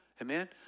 Amen